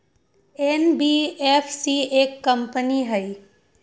NBFC एक company हई?